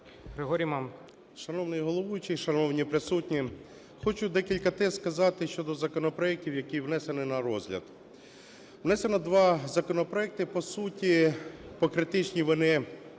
Г.М. Шановний головуючий, шановні присутні, хочу декілька тез сказати щодо законопроектів, які внесені на розгляд. Внесено два законопроекти, по суті, по критичній, вони